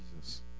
Jesus